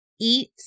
Eat